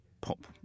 pop